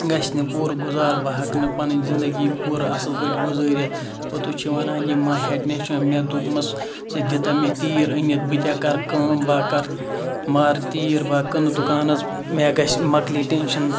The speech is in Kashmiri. گَژھِ نہٕ پوٗرٕ گُزار بہٕ ہیٚکہٕ نہٕ پَنٕنۍ زِندَگی پوٗرٕ اَصل پٲٹھۍ گُزٲرِتھ پوٚتُس چھُ وَنان یہِ مَہ ہےٚ ٹینشَن مےٚ دوٚپمَس ژٕ دِتا مےٚ تیٖر أنِتھ بٕہ تہِ ہا کَرٕ کٲم بہٕ کَرٕ مارٕ تیٖر بہٕ کٕنہٕ دُکانَس مےٚ گَژھِ مۄکلہِ ٹینشَن